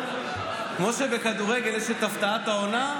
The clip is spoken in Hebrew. כמו שבכדורגל יש את הפתעת העונה,